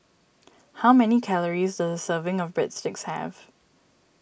how many calories does a serving of Breadsticks have